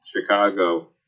Chicago